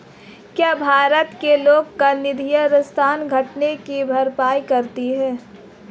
क्या भारत के लोक निधियां राजस्व घाटे की भरपाई करती हैं?